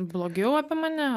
blogiau apie mane